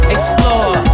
Explore